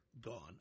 Gone